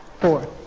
four